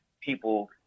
people